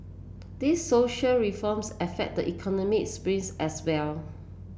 these social reforms affect the economic as well